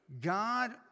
God